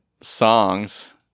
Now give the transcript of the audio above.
songs